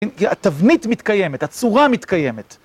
התבנית מתקיימת, הצורה מתקיימת.